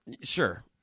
Sure